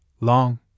long